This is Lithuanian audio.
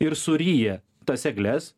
ir suryja tas egles